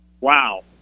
wow